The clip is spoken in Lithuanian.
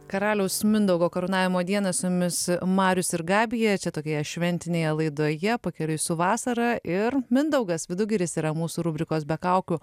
karaliaus mindaugo karūnavimo dieną su jumis marius ir gabija čia tokioje šventinėje laidoje pakeliui su vasara ir mindaugas vidugiris yra mūsų rubrikos be kaukių